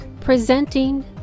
presenting